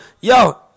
yo